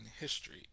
history